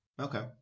okay